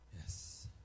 Yes